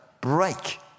break